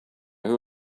who